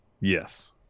Yes